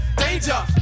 danger